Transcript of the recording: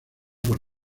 por